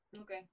okay